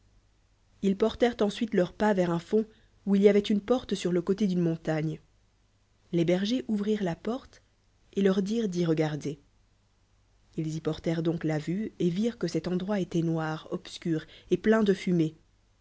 ils poj tèreot ensaiteleurspas vers un fond où il y avoit une porte sur le côté d'une montagne les bergers ourrireut la porte et leur dirent d'y regarder ils yportèrent donc la vue et virent que cet endroit étoit noir obscur et plein de fumée